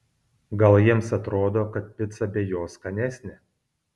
gal jiems atrodo kad pica be jo skanesnė